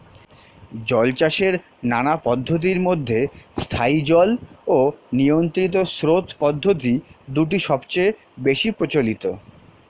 জলচাষের নানা পদ্ধতির মধ্যে স্থায়ী জল ও নিয়ন্ত্রিত স্রোত পদ্ধতি দুটি সবচেয়ে বেশি প্রচলিত